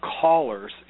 callers